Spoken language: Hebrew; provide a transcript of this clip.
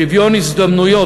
שוויון הזדמנויות,